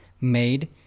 made